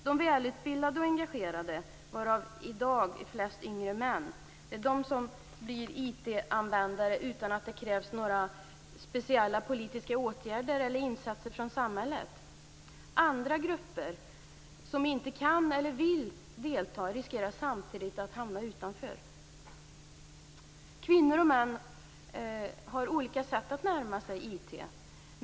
De välutbildade och engagerade, varav de flesta i dag är yngre män, blir IT-användare utan att det krävs några speciella politiska åtgärder eller insatser från samhället. Andra grupper, som inte kan eller vill delta, riskerar samtidigt att hamna utanför. Kvinnor och män har olika sätt att närma sig IT.